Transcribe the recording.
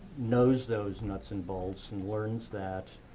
knows those nuts and bolts and learns that.